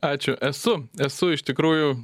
ačiū esu esu iš tikrųjų